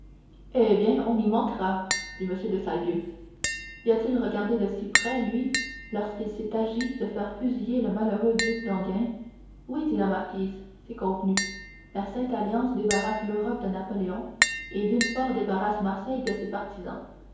eh bien on y manquera dit m de salvieux y a-t-il regardé de si près lui lorsqu'il s'est agi de faire fusiller le malheureux duc d'enghien oui dit la marquise c'est convenu la sainte-alliance débarrasse l'europe de napoléon et villefort débarrasse marseille de ses partisans